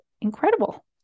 incredible